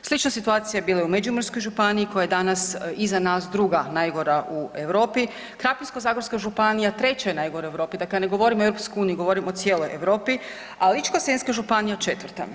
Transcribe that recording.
Slična situacija je bila i u Međimurskoj županiji koja je danas iza nas druga najgora u Europi, Krapinsko-zagorska županija treća najgora u Europi, dakle ne govorim o EU govorim o cijeloj Europi, a Ličko- senjska županija četvrta.